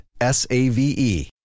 S-A-V-E